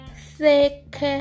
thick